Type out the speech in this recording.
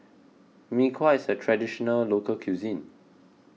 Mee Kuah is a Traditional Local Cuisine